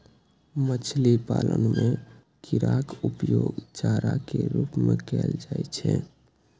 मछली पालन मे कीड़ाक उपयोग चारा के रूप मे कैल जाइ छै